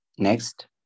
Next